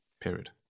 Period